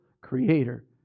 Creator